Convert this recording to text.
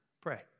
Pray